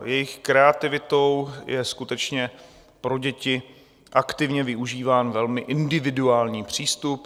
Jejich kreativitou je skutečně pro děti aktivně využíván velmi individuální přístup.